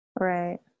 right